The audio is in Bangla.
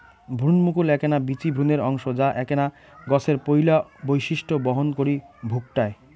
ভ্রুণমুকুল এ্যাকনা বীচি ভ্রূণের অংশ যা এ্যাকনা গছের পৈলা বৈশিষ্ট্য বহন করি ভুকটায়